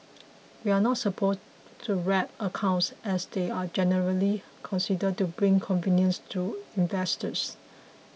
we are not supposed to wrap accounts as they are generally considered to bring convenience to investors